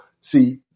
see